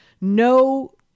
No